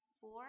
four